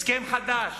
הסכם חדש.